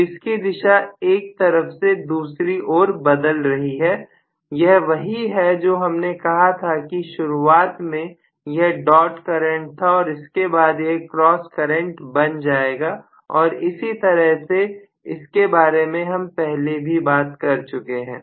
तो इसकी दिशा एक तरफ से दूसरी ओर बदल रही है यह वही है जो हमने कहा था की शुरुआत में यह डॉट करंट था और इसके बाद यह क्रॉस करंट बन जाएगा और इसी तरह से इसके बारे में हम पहले भी बात कर चुके हैं